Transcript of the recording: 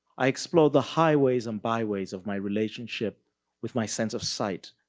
i explode the highways and byways of my relationship with my sense of sight,